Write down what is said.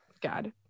God